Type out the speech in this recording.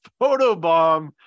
photobomb